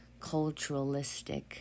culturalistic